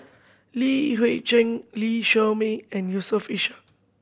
Li Hui Cheng Lee Shermay and Yusof Ishak